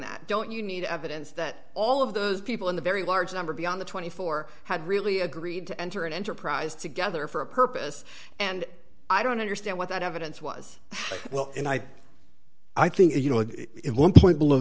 that don't you need evidence that all of those people in the very large number beyond the twenty four had really agreed to enter an enterprise together for a purpose and i don't understand what that evidence was well and i i think you know it one point below